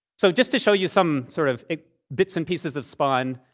so just to show you some sort of bits and pieces of spaun,